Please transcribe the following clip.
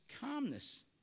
calmness